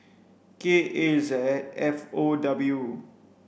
K A Z F O W